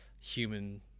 human